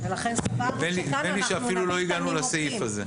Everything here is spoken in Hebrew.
נדמה לי שאפילו עוד לא הגענו לסעיף הזה.